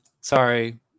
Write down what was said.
Sorry